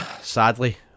sadly